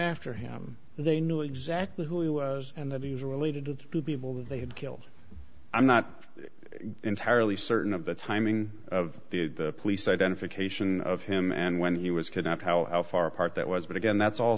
after him they knew exactly who he was and that he was related to two people that they had killed i'm not entirely certain of the timing of the police identification of him and when he was kidnapped how far apart that was but again that's all